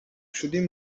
شدی